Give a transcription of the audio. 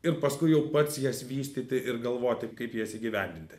ir paskui jau pats jas vystyti ir galvoti kaip jas įgyvendinti